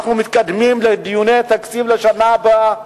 אנחנו מתקדמים לדיוני התקציב לשנה הבאה,